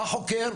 החוקר,